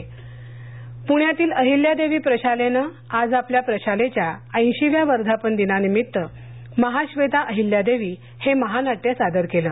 अहिल्यादेवी प्रशाला पुण्यातील अहिल्यादेवी प्रशालेनं आज आपल्या प्रशालेच्या ऐशीव्या वर्धापन दिनानिमित्त महाबेता अहिल्यादेवी हे महानाट्य सादर केलं